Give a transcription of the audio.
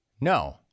No